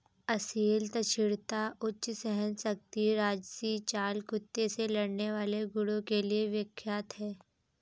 असील तीक्ष्णता, उच्च सहनशक्ति राजसी चाल कुत्ते से लड़ने वाले गुणों के लिए विख्यात है